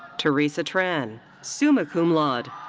theresa tran, summa cum laude.